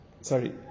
sorry